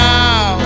Now